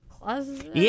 closet